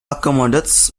accommodates